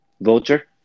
Vulture